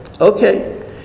okay